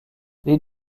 les